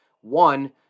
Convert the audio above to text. One